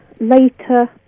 later